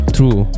True